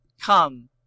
come